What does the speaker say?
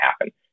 happen